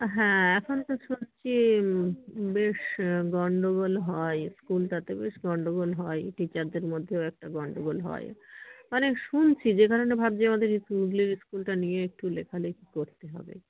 হ্যাঁ এখন তো শুনছি বেশ গণ্ডগোল হয় স্কুলটাতে বেশ গণ্ডগোল হয় টিচারদের মধ্যেও একটা গণ্ডগোল হয় মানে শুনছি যে কারণে ভাবছি আমাদের স্কুল হুগলির স্কুলটা নিয়ে একটু লেখালেখি করতে হবে